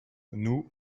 nous